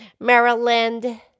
Maryland